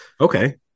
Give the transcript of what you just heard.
Okay